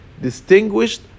distinguished